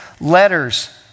letters